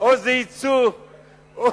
או יצוא.